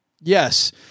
Yes